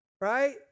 right